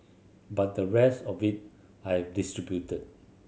but the rest of it I've distributed